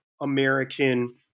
American